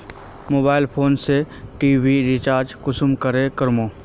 Mobile phone से TV recharge कुंसम करे करूम?